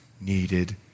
needed